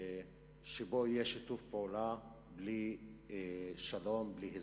שבו יהיה שיתוף פעולה בלי שלום ובלי הסדר.